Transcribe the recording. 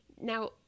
Now